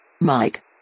Mike